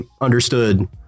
understood